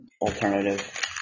Alternative